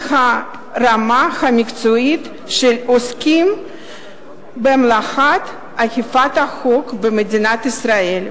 הרמה המקצועית של העוסקים במלאכת אכיפת החוק במדינת ישראל,